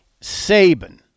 Saban